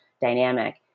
dynamic